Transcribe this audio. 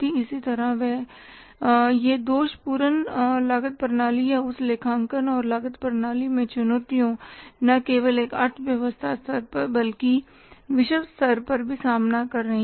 इसी तरह यह दोष पूर्ण लागत प्रणाली या उस लेखांकन और लागत प्रणाली में चुनौतियाँ न केवल एक अर्थव्यवस्था स्तर पर बल्कि विश्व स्तर पर भी सामना कर रही हैं